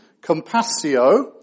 compassio